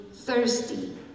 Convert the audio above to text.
Thirsty